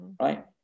right